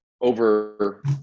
over